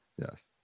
yes